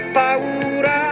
paura